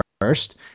first